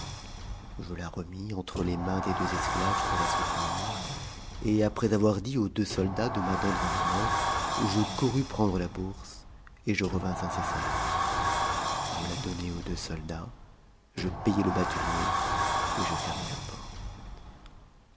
je la remis entre les mains des deux esclaves pour la soutenir et après avoir dit aux deux soldats de m'attendre un moment je courus prendre h bourse et je ilevins incessamment je la donnai aux deux soldats je payai le batelier et je fermai la porte